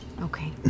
Okay